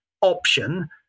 option